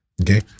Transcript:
Okay